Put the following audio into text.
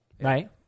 Right